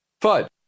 FUD